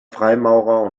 freimaurer